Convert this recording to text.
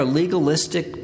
legalistic